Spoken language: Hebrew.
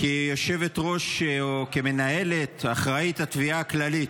כיושבת-ראש או כמנהלת אחראית על התביעה הכללית.